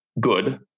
good